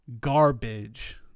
garbage